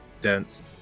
dense